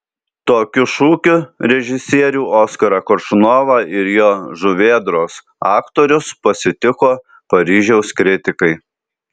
tokiu šūkiu režisierių oskarą koršunovą ir jo žuvėdros aktorius pasitiko paryžiaus kritikai